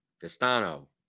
Castano